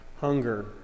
hunger